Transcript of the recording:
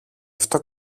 αυτό